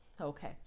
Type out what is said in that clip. Okay